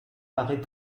paraît